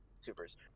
Supers